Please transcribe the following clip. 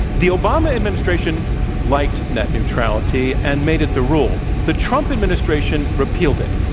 the obama administration liked net neutrality and made it the rule. the trump administration repealed it,